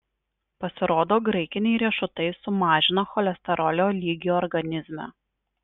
pasirodo graikiniai riešutai sumažina cholesterolio lygį organizme